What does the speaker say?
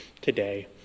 today